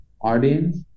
audience